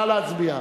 נא להצביע.